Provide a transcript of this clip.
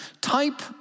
type